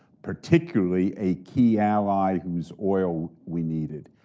particularly a key ally whose oil we needed.